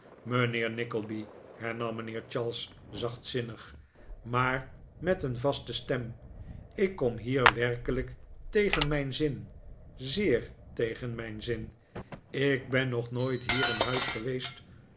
mijnheer nickleby hernam mijnheer charles zachtzinnig maar met een vaste stem ik kom hier werkelijk tegen mijn zin zeer tegen mijn zin ik ben nog nooit hier in huis geweest